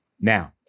now